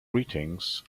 greetings